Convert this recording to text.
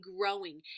growing